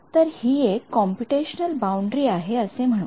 तर हि एक कॉम्पुटेशनल बाउंडरी आहे असे म्हणू